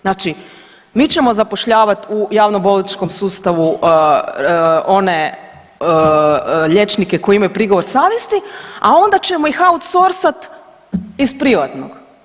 Znači mi ćemo zapošljavati u javnobolničkom sustavu one liječnike koji imaju prigovor savjesti, a onda ćemo ih outsourcat iz privatnog.